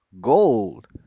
gold